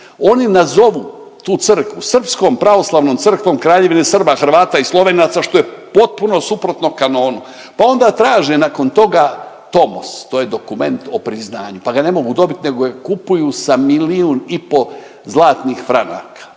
oni nazovu tu crkvu Srpskom pravoslavnom crkvom Kraljevine Srba, Hrvata i Slovenaca što je potpuno suprotno kanonu pa onda traže nakon toga Tomos, to je dokument o priznaju, pa ga ne mogu dobit nego ga kupuju sa milijun i po zlatnih franaka.